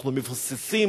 אנחנו מבוססים,